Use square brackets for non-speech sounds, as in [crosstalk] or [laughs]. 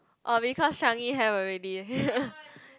uh because Changi have already [laughs]